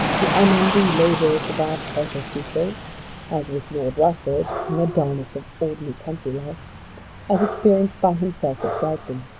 the unending labours of our pleasure-seekers as with lord rufford, and the dullness of ordinary country life as experienced by himself at bragton.